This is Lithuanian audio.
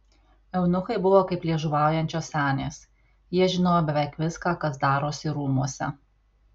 eunuchai buvo kaip liežuvaujančios senės jie žinojo beveik viską kas darosi rūmuose